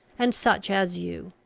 and such as you.